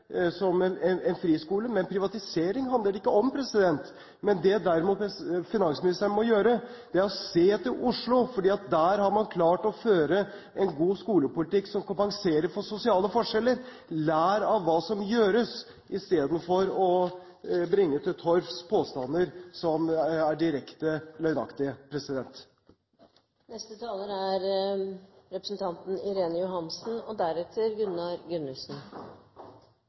etablere en yrkesskole som en friskole – men privatisering handler det ikke om. Det finansministeren derimot må gjøre, er å se til Oslo, for der har man klart å føre en god skolepolitikk som kompenserer for sosiale forskjeller. Lær av hva som gjøres, istedenfor å bringe til torgs påstander som er direkte løgnaktige. Man må være Høyre-mann for å tro på den historien som representanten